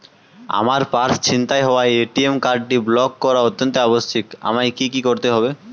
আমার পার্স ছিনতাই হওয়ায় এ.টি.এম কার্ডটি ব্লক করা অত্যন্ত আবশ্যিক আমায় কী কী করতে হবে?